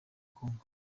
kongo